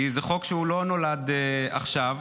כי זה חוק שלא נולד עכשיו,